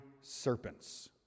serpents